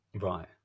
Right